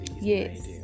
yes